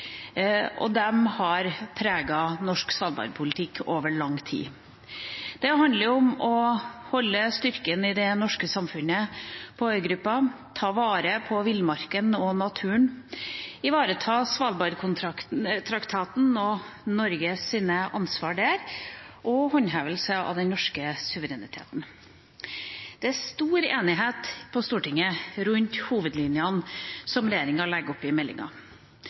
og de har preget norsk Svalbard-politikk over lang tid. Det handler om å holde styrken i det norske samfunnet på øygruppa, ta vare på villmarka og naturen, ivareta Svalbardtraktaten og Norges ansvar der og håndhevelse av den norske suvereniteten. Det er stor enighet på Stortinget om hovedlinjene som regjeringa legger opp i meldinga.